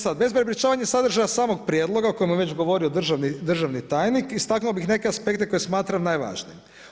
E sad, bez prepričavanja sadržaja samog prijedloga o kojem je već govorio državni tajnik istaknuo bih neke aspekte koje smatram najvažnijim.